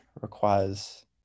requires